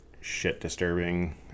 shit-disturbing